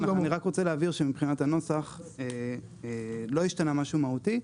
אני רק רוצה להבהיר שמבחינת הנוסח לא השתנה משהו מהותי,